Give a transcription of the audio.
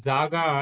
Zaga